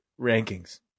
rankings